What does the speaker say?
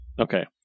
okay